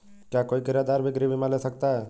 क्या कोई किराएदार भी गृह बीमा ले सकता है?